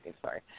Sorry